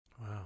Wow